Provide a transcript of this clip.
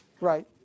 Right